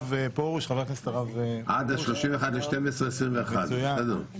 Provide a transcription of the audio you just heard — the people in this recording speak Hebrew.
עד ה-31 בדצמבר 2021. מצוין.